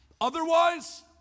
Otherwise